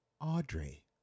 Audrey